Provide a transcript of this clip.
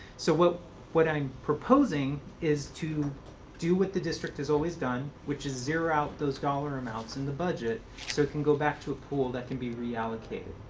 so what what i'm proposing is to do what the district has always done, which is zero out those dollar amounts in the budget so it can go back to a pool that can be reallocated.